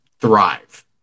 thrive